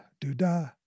do-da